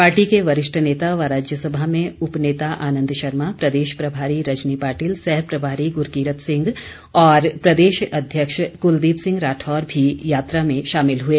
party के वरिष्ठ नेता व राज्यसभा में उपनेता आनन्द शर्मा प्रदेश प्रभारी रजनी पाटिल सह प्रभारी गुरूकीरत सिंह और प्रदेश अध्यक्ष कुलदीप सिंह राठौर भी यात्रा में शामिल हुए